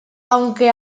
aunque